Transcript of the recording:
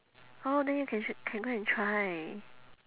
oh then you can sh~ can go and try